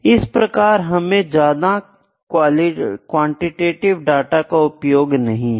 इस प्रकार हमें ज्यादा क्वांटिटीव डाटा का उपयोग नहीं है